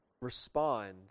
Respond